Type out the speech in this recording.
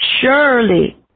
Surely